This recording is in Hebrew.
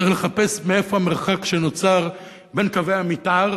צריך לחפש מאיפה המרחק שנוצר בין קווי המיתאר